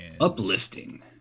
uplifting